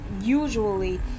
usually